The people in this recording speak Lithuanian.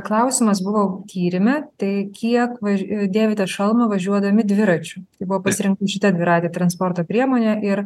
klausimas buvo tyrime tai kiek dėvite šalmą važiuodami dviračiu buvo pasirinkta šita dviratė transporto priemonė ir